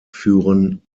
führen